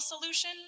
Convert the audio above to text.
solution